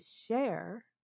share